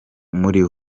muri